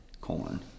corn